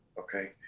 Okay